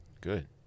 Good